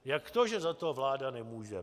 Jak to, že za to vláda nemůže?